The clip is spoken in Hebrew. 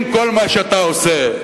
אם כל מה שאתה עושה,